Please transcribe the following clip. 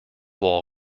wall